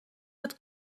het